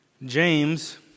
James